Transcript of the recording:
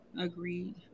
Agreed